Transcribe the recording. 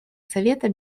совета